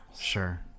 sure